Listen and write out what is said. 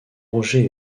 rogers